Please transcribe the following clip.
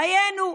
דיינו,